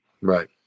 Right